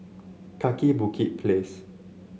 Kaki Bukit Place